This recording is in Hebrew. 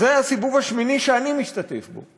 זה הסיבוב השמיני שאני משתתף בו,